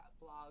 blog